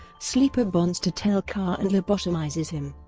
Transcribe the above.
sleeper bonds to tel-kar and lobotomizes him.